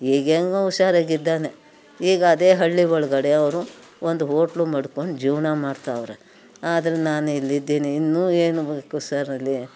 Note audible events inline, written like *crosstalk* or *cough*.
ಈಗ ಹೆಂಗೋ ಹುಷಾರಾಗಿದ್ದಾನೆ ಈಗ ಅದೇ ಹಳ್ಳಿ ಒಳಗಡೆ ಅವರು ಒಂದು ಹೋಟ್ಲು ಮಡ್ಕೊಂಡು ಜೀವನ ಮಾಡ್ತವ್ರೆ ಆದರೆ ನಾನು ಇಲ್ಲಿದ್ದೀನಿ ಇನ್ನು ಏನು *unintelligible*